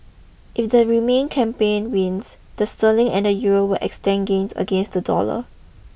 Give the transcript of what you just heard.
if the remain campaign wins the sterling and the Euro will extend gains against the dollar